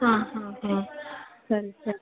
ಹಾಂ ಹಾಂ ಹಾಂ ಸರಿ ಸರಿ